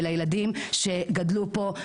אלה ילדים שגדלו פה,